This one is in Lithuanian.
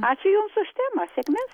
ačiū jums už temą sėkmės